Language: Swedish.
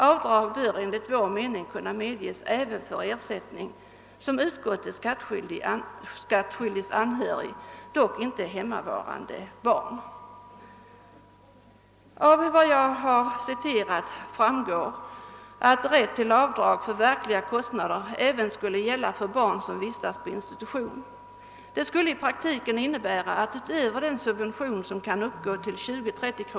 Avdrag bör enligt vår mening kunna medges även för ersättning som utgått till skattskyldigs anhörig, dock inte till hemmavarande barn.» Av det citerade avsnittet framgår att rätt till avdrag för verkliga kostnader även skulle föreligga för barn som vistas på institution. Det skulle i praktiken innebära att utöver den subvention med 20—30 kr.